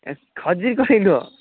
ଖଜୁରୀ କୋଳି ନୁହେଁ